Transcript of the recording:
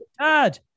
dad